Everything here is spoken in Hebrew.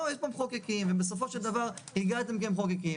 יש כאן מחוקקים ובסופו של דבר הגעתם כמחוקקים,